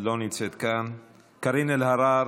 לא נמצאת כאן, קארין אלהרר,